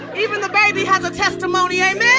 even the baby has a testimony. amen